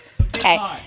Okay